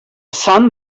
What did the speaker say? sun